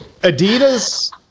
Adidas